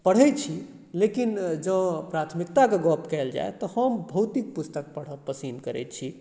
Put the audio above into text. पढ़ै छी लेकिन जँ प्राथमिकताके गप्प कयल जाइ तऽ हम भौतिक पुस्तक पढ़ब पसन्द करै छी